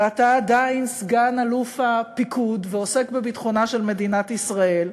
ואתה עדיין סגן אלוף הפיקוד ועוסק בביטחונה של מדינת ישראל,